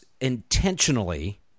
intentionally